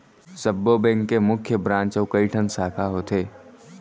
सब्बो बेंक के मुख्य ब्रांच अउ कइठन साखा होथे